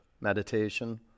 Meditation